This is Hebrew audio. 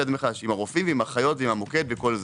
את זה מחדש עם הרופאים והאחיות והמוקד וכל זה.